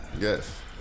Yes